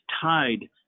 tied